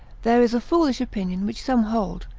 there is a foolish opinion which some hold,